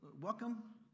welcome